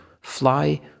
Fly